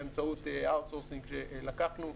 באמצעות אאוטסורסינג שלקחנו.